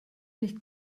nicht